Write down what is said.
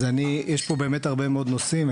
יש פה הרבה מאוד נושאים,